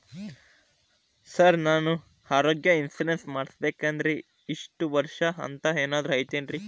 Sir ನಾನು ಆರೋಗ್ಯ insurance ಮಾಡಿಸ್ಬೇಕಂದ್ರೆ ಇಷ್ಟ ವರ್ಷ ಅಂಥ ಏನಾದ್ರು ಐತೇನ್ರೇ?